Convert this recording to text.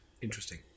Interesting